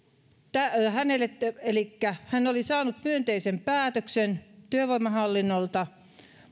elikkä hän oli saanut myönteisen päätöksen työvoimahallinnolta